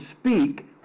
speak